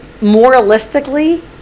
moralistically